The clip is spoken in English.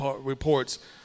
reports